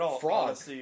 fraud